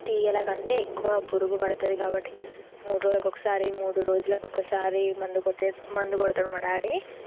తీగలకి ఆంటే ఎక్కువ పురుగు పడుతుంది కాబట్టి మూడు రోజులకు ఒకసారి మూడు రోజులకు ఒకసారి మందు కొట్టేసి మందు కొడతాడు మా డాడీ